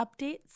updates